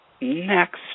Next